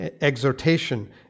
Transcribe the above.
exhortation